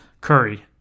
Curry